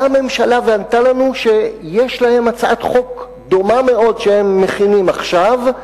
באה הממשלה וענתה לנו שיש להם הצעת חוק דומה מאוד שהם מכינים עכשיו,